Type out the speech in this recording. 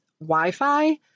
Wi-Fi